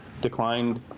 declined